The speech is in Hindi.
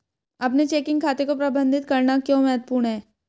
अपने चेकिंग खाते को प्रबंधित करना क्यों महत्वपूर्ण है?